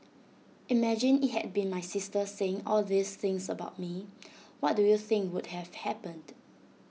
imagine IT had been my sister saying all these things about me what do you think would have happened